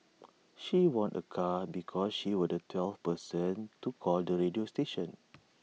she won A car because she was the twelfth person to call the radio station